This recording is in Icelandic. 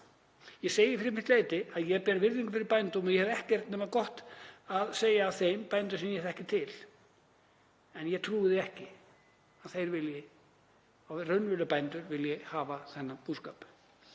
Ég segi fyrir mitt leyti að ég ber virðingu fyrir bændum og ég hef ekkert nema gott að segja af þeim bændum þar sem ég þekki til, en ég trúi því ekki að raunverulegir bændur vilji hafa þennan búskap.